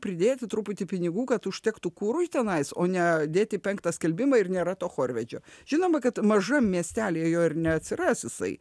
pridėti truputį pinigų kad užtektų kurui tenais o ne dėti penktą skelbimą ir nėra to chorvedžio žinoma kad mažam miestelyje jo ir neatsiras jisai